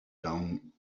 down